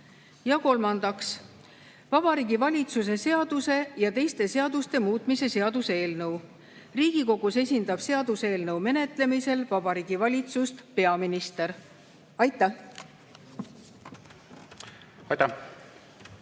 Ja kolmandaks, Vabariigi Valitsuse seaduse ja teiste seaduste muutmise seaduse eelnõu. Riigikogus esindab seaduseelnõu menetlemisel Vabariigi Valitsust peaminister. Aitäh! Austatud